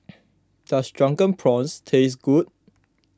does Drunken Prawns taste good